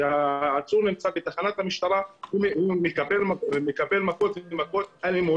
העצור נמצא בתוך תחנת המשטרה הוא מקבל מכות אלימות,